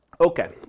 Okay